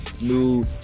New